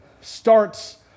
starts